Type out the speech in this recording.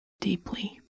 deeply